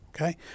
Okay